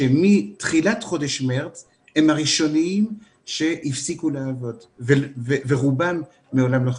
שמתחילת חודש מרס הם הראשונים שהפסיקו לעבוד ורובם מעולם לא חזרו.